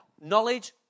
Knowledge